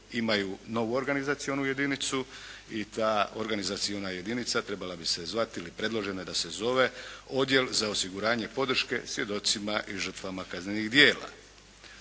imaju novu organizacionu jedinicu i ta organizaciona jedinica trebala bi se zvati ili je predložena je da se zove Odjel za osiguranje podrške svjedocima i žrtvama kaznenih djela.